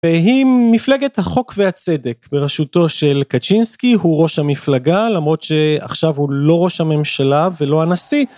והיא מפלגת החוק והצדק בראשותו של קצ'ינסקי הוא ראש המפלגה למרות שעכשיו הוא לא ראש הממשלה ולא הנשיא